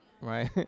Right